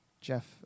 Jeff